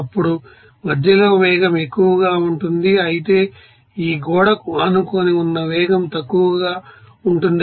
ఇప్పుడు మధ్యలో వేగం ఎక్కువగా ఉంటుంది అయితే ఈ గోడకు ఆనుకొని ఉన్న వేగం తక్కువగా ఉంటుంది